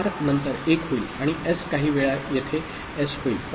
तर आर नंतर 1 होईल आणि एस काही वेळा येथे एस होईल